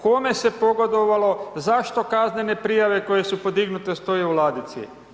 Kome se pogodovalo, zašto kaznene prijave koje su podignute stoje u ladici?